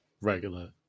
regular